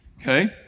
Okay